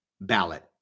ballot